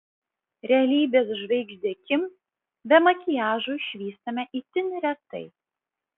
realybės žvaigždę kim be makiažo išvystame itin retai